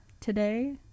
today